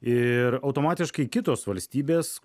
ir automatiškai kitos valstybės